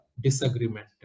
disagreement